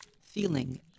feeling